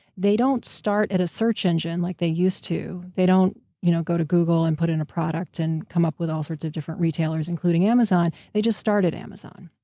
they don't start at a search engine like they used to. they don't you know go to google and put in a product and come up all sorts of different retailers, including amazon. they just start at amazon.